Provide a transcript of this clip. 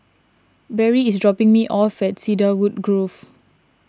Barrie is dropping me off at Cedarwood Grove